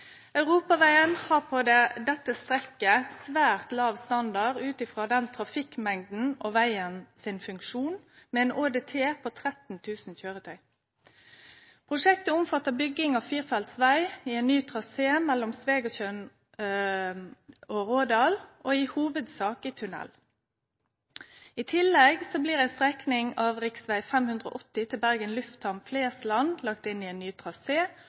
Europavegen har på dette strekket svært låg standard ut frå trafikkmengd og funksjon, med ein ÅDT på 13 000 køyretøy. Prosjektet omfattar bygging av firefelts veg i ein ny trasé mellom Svegatjørn og Rådal – i hovudsak i tunnel. I tillegg blir ei strekning av rv. 580 til Bergen lufthamn, Flesland lagd inn i ein ny